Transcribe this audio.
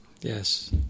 Yes